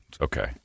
okay